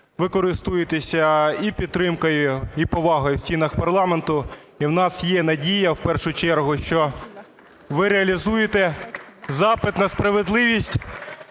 Ви користуєтеся і підтримкою, і повагою в стінах парламенту. І в нас є надія, в першу чергу, що ви реалізуєте запит на справедливість,